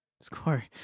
score